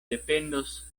dependos